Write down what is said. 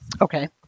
Okay